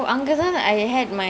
it sounds good sia